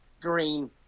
Green